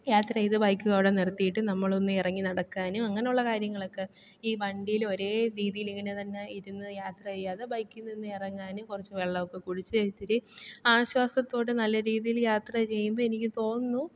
യാത്ര ചെയ്ത് ബൈക്ക് അവിടെ നിർത്തിയിട്ട് നമ്മളൊന്ന് ഇറങ്ങി നടക്കാനും അങ്ങനെയുള്ള കാര്യങ്ങളൊക്കെ ഈ വണ്ടിയിൽ ഒരേ രീതിയിൽ ഇങ്ങനെ തന്നെ ഇരുന്ന് യാത്ര ചെയ്യാതെ ബൈക്കിൽ നിന്ന് ഇറങ്ങാനും കുറച്ച് വെള്ളമൊക്കെ കുടിച്ച് ഇത്തിരി ആശ്വാസത്തോടെ നല്ല രീതിയിൽ യാത്ര ചെയ്യുമ്പോൾ എനിക്ക് തോന്നുന്നു